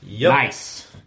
Nice